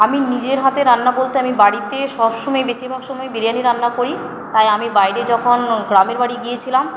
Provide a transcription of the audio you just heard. আমি নিজের হাতে রান্না বলতে আমি বাড়িতে সব সময় বেশির ভাগ সময়ই বিরিয়ানি রান্না করি তাই আমি বাইরে যখন গ্রামের বাড়ি গিয়েছিলাম